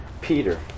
Peter